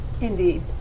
Indeed